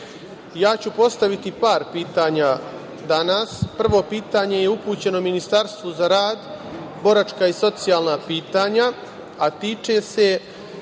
ja ću postaviti par pitanja danas. Prvo pitanje je upućeno Ministarstvu za rad, boračka i socijalna pitanja, a tiče se